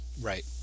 right